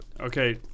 Okay